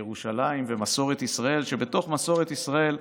ירושלים ומסורת ישראל שבתוך מסורת ישראל,